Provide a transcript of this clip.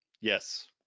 Yes